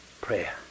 Prayer